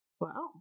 Wow